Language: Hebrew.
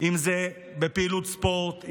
אם זה בפעילות ספורט,